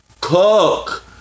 cook